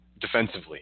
defensively